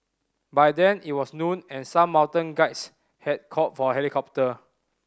by then it was noon and some mountain guides had called for a helicopter